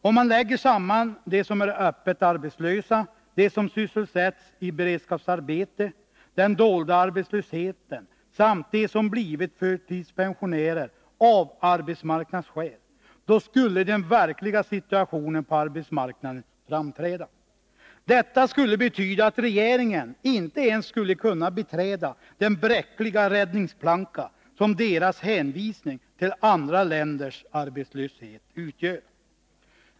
Om man lägger samman siffrorna för dem som är öppet arbetslösa, dem som sysselsätts i beredskapsarbete, den dolda arbetslösheten samt dem som blivit förtidspensionärer av arbetsmarknadsskäl, skulle den verkliga situationen på arbetsmarknaden framträda. Det skulle betyda att regeringen inte ens skulle kunna beträda den bräckliga räddningsplanka som deras hänvisning till andra länders arbetslöshet utgör.